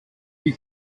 die